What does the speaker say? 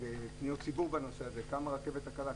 ופניות ציבור בנושא הזה, כמה על הרכבת הקלה.